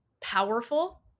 powerful